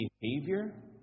behavior